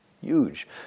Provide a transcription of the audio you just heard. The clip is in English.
Huge